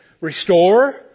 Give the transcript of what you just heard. Restore